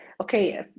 okay